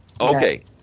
Okay